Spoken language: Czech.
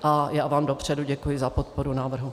A já vám dopředu děkuji za podporu návrhu.